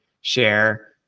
share